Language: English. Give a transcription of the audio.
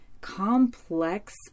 complex